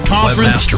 Conference